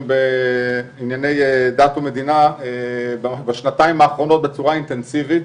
בענייני דת ומדינה בשנתיים האחרונות בצורה אינטנסיבית,